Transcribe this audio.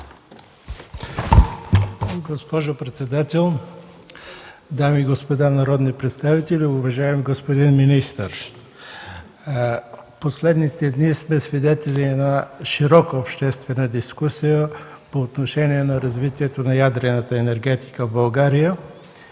Госпожо председател, дами и господа народни представители, уважаеми господин министър! В последните дни сме свидетели на сериозна обществена дискусия по отношение на развитието на ядрената енергетика в България